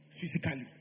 physically